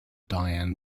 diane